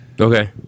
Okay